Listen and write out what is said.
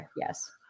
Yes